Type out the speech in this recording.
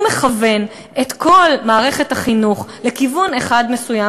הוא מכוון את כל מערכת החינוך לכיוון אחד מסוים,